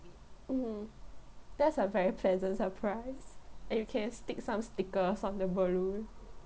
mmhmm that's a very pleasant surprise and you can stick some stickers on the balloon